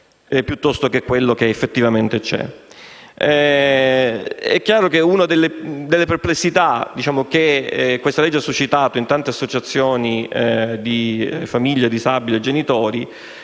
piuttosto che cosa effettivamente c'è. Chiaramente una delle perplessità che questo testo ha suscitato in tante associazioni di famiglie di disabili e di genitori